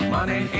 Money